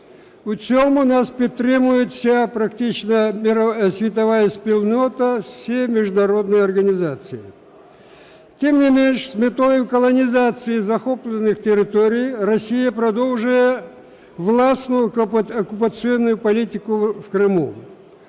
У цьому нас підтримує вся практично світова спільнота, всі міжнародні організації. Тим не менш, з метою колонізації захоплених територій Росія продовжує власну окупаційну політику в Криму.